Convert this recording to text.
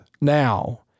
now